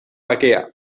bakea